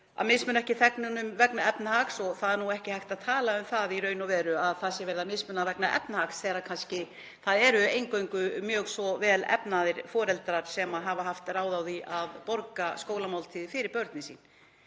að mismuna ekki þegnunum vegna efnahags og það er ekki hægt að tala um að verið sé að mismuna vegna efnahags þegar það eru eingöngu mjög vel efnaðir foreldrar sem hafa haft ráð á því að borga skólamáltíðir fyrir börnin sín.